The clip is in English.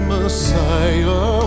Messiah